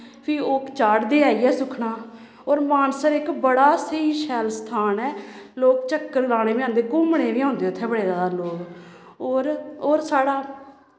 फ्ही ओह् चाढ़दे आइयै सुक्खनां होर मानसर इक बड़ा स्हेई शैल स्थान ऐ लोक चक्कर लाने बी औंदे घूमने बी औंदे उत्थै बड़े ज्यादा लोग होर होर साढ़ा